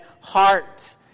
heart